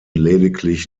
lediglich